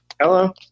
Hello